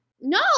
no